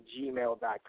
gmail.com